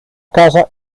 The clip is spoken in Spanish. caza